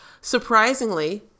surprisingly